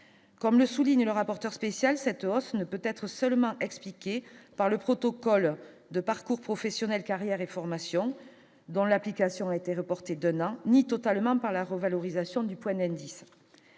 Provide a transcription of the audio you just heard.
comme le souligne le rapporteur spécial, cette hausse ne peut être seulement expliqué par le protocole de parcours professionnel Carrière et formation dans l'application, a été reporté, ni totalement par la revalorisation du poignet à ce